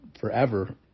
forever